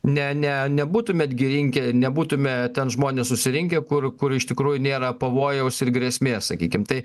ne ne nebūtumėt gi rinkę nebūtume ten žmonės susirinkę kur kur iš tikrųjų nėra pavojaus ir grėsmė sakykim tai